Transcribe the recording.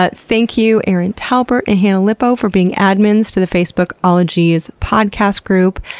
but thank you erin talbert and hannah lipow for being admins to the facebook ologies podcast group,